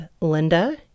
Linda